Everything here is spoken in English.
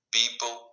people